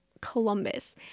Columbus